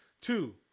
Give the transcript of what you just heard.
Two